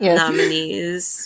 nominees